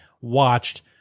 watched